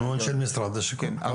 תכנון של משרד השיכון.